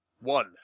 One